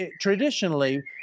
traditionally